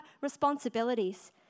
responsibilities